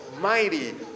mighty